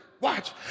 watch